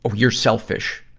ah you're selfish,